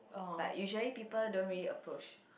but usually people don't really approach